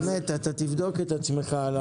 באמת, אתה תבדוק את עצמך על זה.